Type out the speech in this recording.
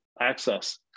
access